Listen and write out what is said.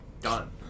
done